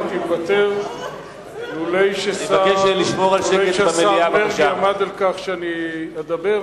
הייתי מוותר לולא עמד השר מרגי על כך שאני אדבר.